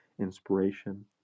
inspiration